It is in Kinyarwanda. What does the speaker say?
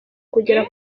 kugera